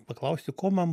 paklausti ko man